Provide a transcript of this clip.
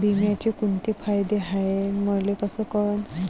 बिम्याचे कुंते फायदे हाय मले कस कळन?